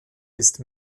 ist